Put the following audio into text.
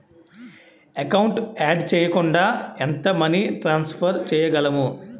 Account add చేయకుండా ఎంత money transfer చేయగలము?